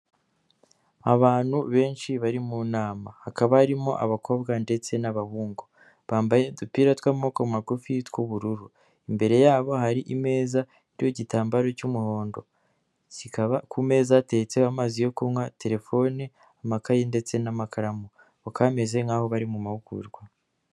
Abantu benshi bari mu nama, hakaba harimo abakobwa ndetse n'abahungu. Bambaye udupira tw'amaboko magufi tw'ubururu. Imbere yabo hari imeza iriho igitambaro cy'umuhondo. Kikaba ku meza hateretseho amazi yo kunywa, telefone ,amakaye, ndetse n'amakaramu. Bakaba bameze nkaho bari mu mahugurwa.